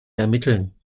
ermitteln